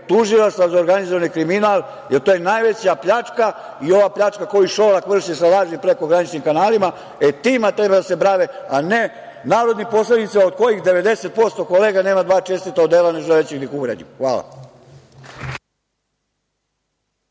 Tužilaštva za organizovani kriminal, jer to je najveća pljačka i ova pljačka koju Šolak vrši sa lažnim prekograničnim kanalima, e, time treba da se bave, a ne narodnim poslanicima koji 90% kolega nema dva čestita odela, ne želeći da ih uvredim. Hvala.